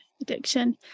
addiction